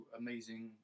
amazing